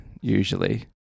usually